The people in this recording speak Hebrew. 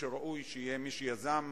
המשפטי מבקר המדינה יכול היה לקיים את